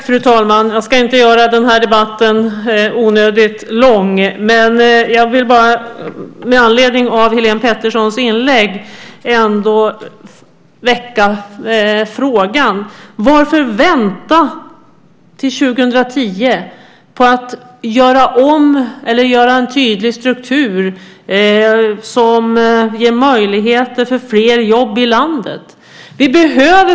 Fru talman! Jag ska inte göra den här debatten onödigt lång, men med anledning av Helene Peterssons inlägg vill jag ändå väcka frågan: Varför vänta till 2010 på att göra en tydlig struktur som ger möjligheter för fler jobb i landet? Fru talman!